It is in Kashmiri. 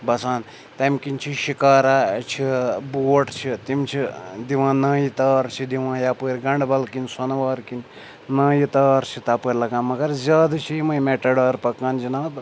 بَسان تمہِ کِنۍ چھِ شِکارا چھِ بوٹ چھِ تِم چھِ دِوان نٲیہِ تار چھِ دِوان یَپٲرۍ گَنڈٕ بَل کِنۍ سۄنہٕ وار کِنۍ نٲیہِ تار چھِ تَپٲرۍ لَگان مگر زیادٕ چھِ یِمَے میٚٹاڈار پَکان جناب